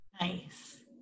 Nice